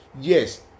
yes